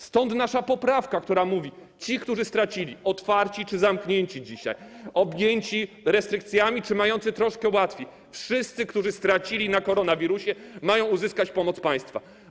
Stąd nasz poprawka, która mówi, że ci, którzy stracili - otwarci czy zamknięci, objęci restrykcjami czy mający troszkę łatwiej - wszyscy, którzy stracili ze względu na koronawirusa, mają uzyskać pomoc od państwa.